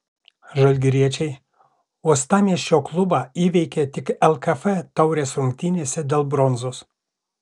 žalgiriečiai uostamiesčio klubą įveikė tik lkf taurės rungtynėse dėl bronzos